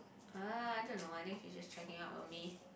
uh I don't know I think she just checking out of me